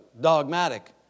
dogmatic